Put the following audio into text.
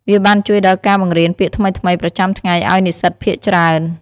វាបានជួយដល់ការបង្រៀនពាក្យថ្មីៗប្រចាំថ្ងៃឲ្យនិស្សិតភាគច្រើន។